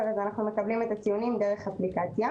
אז אנחנו מקבלים את הציונים דרך אפליקציה,